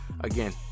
again